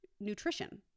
nutrition